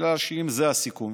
בגלל שאם זה הסיכום